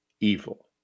evil